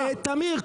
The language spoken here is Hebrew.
תמיר,